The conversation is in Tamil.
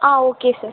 ah okay sir